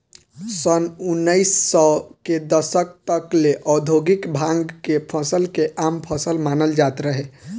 सन उनऽइस सौ के दशक तक ले औधोगिक भांग के फसल के आम फसल मानल जात रहे